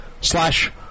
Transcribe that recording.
slash